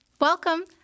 Welcome